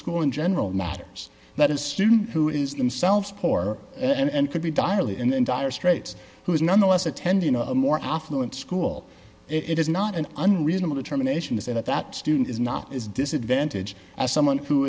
school in general matters that a student who is themselves poor and could be direly and in dire straits who is nonetheless attending a more affluent school it is not an unreasonable determination is that that student is not as disadvantage as someone who